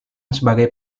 sebagai